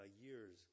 years